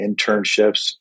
internships